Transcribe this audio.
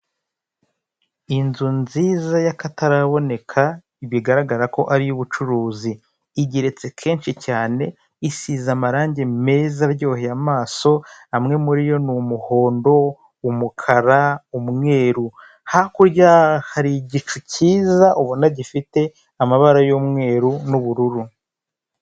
Inzu nziza yakataraboneka bigaragara ko ari iyubucuruzi, igeretse kenshi cyane isize amarange meza aryoheye amaso amwe muri yo ni; umuhondo, umukara umweru. Hakurya hari igicu kiza ubona gifite amabara y'umweru n'ubururu.